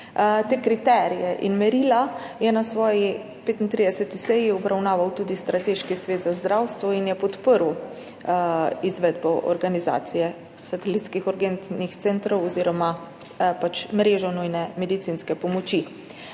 Te kriterije in merila je na svoji 35. seji obravnaval tudi Strateški svet za zdravstvo in podprl izvedbo organizacije satelitskih urgentnih centrov oziroma mrežo nujne medicinske pomoči.